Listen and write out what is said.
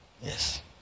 Yes